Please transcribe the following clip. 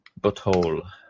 butthole